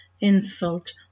insult